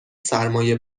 سرمای